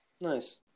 Nice